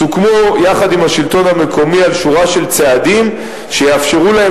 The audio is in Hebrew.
סוכם יחד עם השלטון המקומי על שורה של צעדים שיאפשרו להם